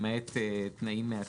למעט תנאים מעטים.